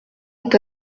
est